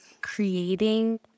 creating